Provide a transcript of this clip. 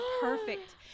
perfect